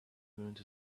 moons